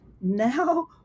Now